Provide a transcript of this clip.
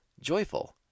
joyful